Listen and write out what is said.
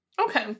okay